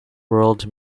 world